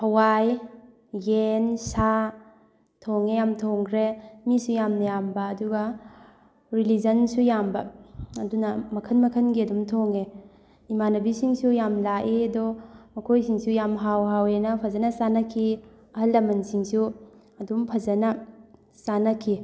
ꯍꯋꯥꯏ ꯌꯦꯟ ꯁꯥ ꯊꯣꯡꯉꯦ ꯌꯥꯝ ꯊꯣꯡꯈ꯭ꯔꯦ ꯃꯤꯁꯨ ꯌꯥꯝ ꯌꯥꯝꯕ ꯑꯗꯨꯒ ꯔꯤꯂꯤꯖꯟꯁꯨ ꯌꯥꯝꯕ ꯑꯗꯨꯅ ꯃꯈꯟ ꯃꯈꯟꯒꯤ ꯑꯗꯨꯝ ꯊꯣꯡꯉꯦ ꯏꯃꯥꯟꯅꯕꯤꯁꯤꯡꯁꯨ ꯌꯥꯝ ꯂꯥꯛꯏ ꯑꯗꯣ ꯃꯈꯣꯏꯁꯤꯡꯁꯨ ꯌꯥꯝ ꯍꯥꯎ ꯍꯥꯎꯋꯦꯅ ꯐꯖꯅ ꯆꯥꯅꯈꯤ ꯑꯍꯜ ꯂꯃꯟꯁꯤꯡꯁꯨ ꯑꯗꯨꯝ ꯐꯖꯅ ꯆꯥꯅꯈꯤ